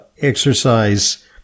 Exercise